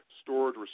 storage